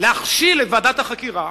להכשיל את ועדת החקירה,